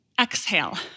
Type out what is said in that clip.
exhale